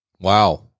Wow